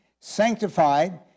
sanctified